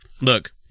look